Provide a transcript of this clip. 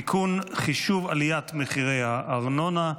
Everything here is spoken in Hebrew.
(תיקון, חישוב עליית מחירי הארנונה),